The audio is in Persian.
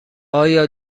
آیا